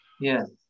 Yes